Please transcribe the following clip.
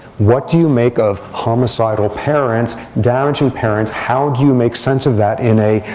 what do you make of homicidal parents, damaging parents? how do you make sense of that in a,